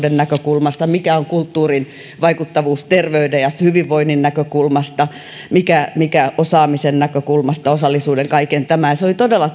osallisuuden näkökulmasta mikä on kulttuurin vaikuttavuus terveyden ja hyvinvoinnin näkökulmasta mikä mikä osaamisen näkökulmasta osallisuuden kaiken tämän ja se oli todella